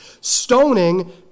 Stoning